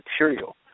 material